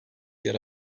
yer